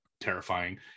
terrifying